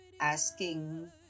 asking